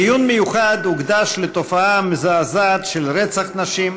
דיון מיוחד הוקדש לתופעה המזעזעת של רצח נשים,